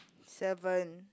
seven